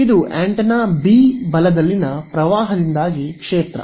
ಇದು antenna B ಬಲದಲ್ಲಿನ ಪ್ರವಾಹದಿಂದಾಗಿ ಕ್ಷೇತ್ರ